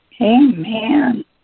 Amen